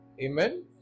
Amen